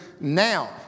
now